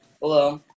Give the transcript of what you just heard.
Hello